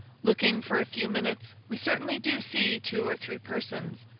looking for a few minutes, we certainly do see two or three persons.